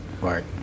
Right